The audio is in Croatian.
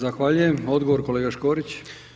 Zahvaljujem, odgovor kolega Škorić.